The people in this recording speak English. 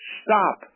stop